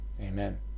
Amen